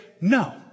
No